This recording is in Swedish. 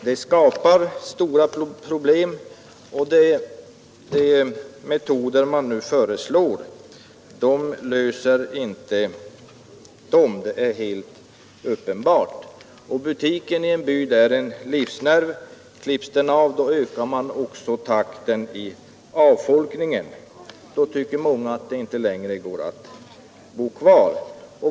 Det skapas stora problem, och de metoder man nu föreslår löser inte dem, det är helt uppenbart. Butiken i en by är en livsnerv — klipps den av ökar man också takten i avfolkningen, då tycker många att det inte längre går att bo kvar.